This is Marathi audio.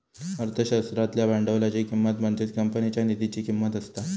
अर्थशास्त्रातल्या भांडवलाची किंमत म्हणजेच कंपनीच्या निधीची किंमत असता